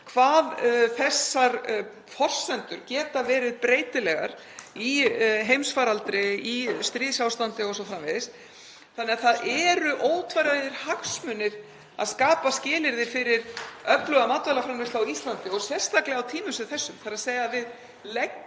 hvað þessar forsendur geta verið breytilegar í heimsfaraldri, í stríðsástandi o.s.frv. Það eru ótvíræðir hagsmunir að skapa skilyrði fyrir öfluga matvælaframleiðslu á Íslandi og sérstaklega á tímum sem þessum, þ.e. að við leggjum